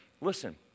listen